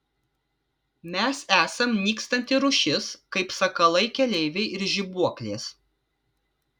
mes esam nykstanti rūšis kaip sakalai keleiviai ir žibuoklės